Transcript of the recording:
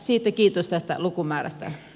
siten kiitos tästä lukumäärästä